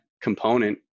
component